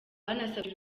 banasabye